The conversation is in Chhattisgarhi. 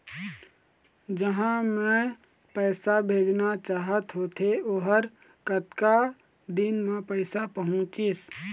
जहां मैं पैसा भेजना चाहत होथे ओहर कतका दिन मा पैसा पहुंचिस?